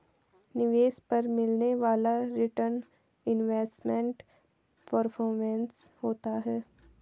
निवेश पर मिलने वाला रीटर्न इन्वेस्टमेंट परफॉरमेंस होता है